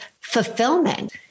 fulfillment